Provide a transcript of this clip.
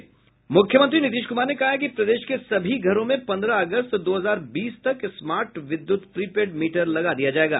मुख्यमंत्री नीतीश कुमार ने कहा है कि प्रदेश के सभी घरों में पन्द्रह अगस्त दो हजार बीस तक स्मार्ट विद्युत प्रीपेड मीटर लगा दिया जायेगा